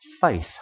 faith